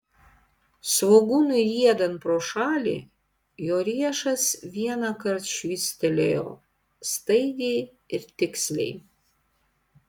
svogūnui riedant pro šalį jo riešas vienąkart švystelėjo staigiai ir tiksliai